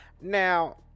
now